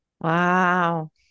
Wow